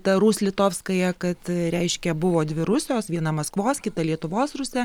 ta ruslitovskaja kad reiškia buvo dvi rusijos viena maskvos kita lietuvos rusija